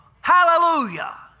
Hallelujah